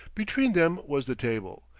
between them was the table.